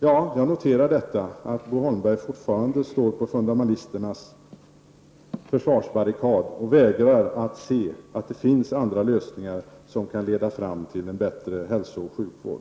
Jag noterar att Bo Holmberg fortfarande står på fundamentalisternas försvarsbarrikad och vägrar att se att det finns andra lösningar som kan leda fram till en bättre hälsooch sjukvård.